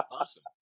Awesome